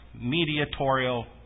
mediatorial